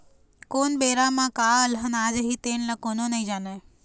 कोन बेरा म का अलहन आ जाही तेन ल कोनो नइ जानय